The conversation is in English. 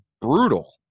brutal